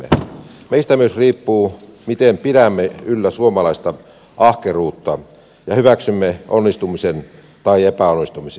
meistä riippuu myös se miten pidämme yllä suomalaista ahkeruutta ja hyväksymme onnistumisen tai epäonnistumisen